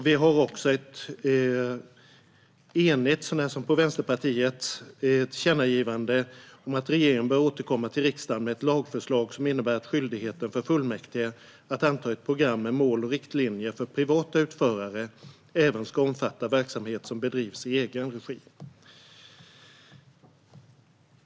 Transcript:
Vi har också, så när som på Vänsterpartiet, ett enigt tillkännagivande om att regeringen bör återkomma till riksdagen med ett lagförslag som innebär att skyldigheten för fullmäktige att anta ett program med mål och riktlinjer för privata utförare även ska omfatta verksamhet som bedrivs i egen regi.